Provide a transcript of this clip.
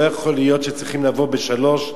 לא יכול להיות שצריכים לבוא ב-03:00,